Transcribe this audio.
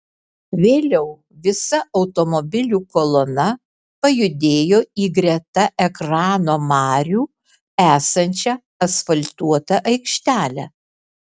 vėliau visa automobilių kolona pajudėjo į greta ekrano marių esančią asfaltuotą aikštelę